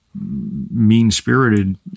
mean-spirited